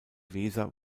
weser